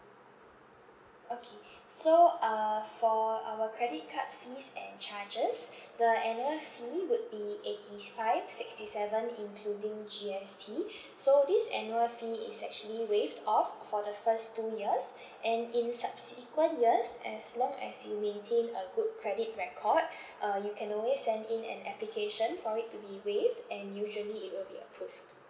okay so uh for our credit card fees and charges the annual fee would be eighty s~ five sixty seven including G_S_T so this annual fee is actually waived off for the first two years and in subsequent years as long as you maintain a good credit record uh you can always send in an application for it to be waived and usually it will be approved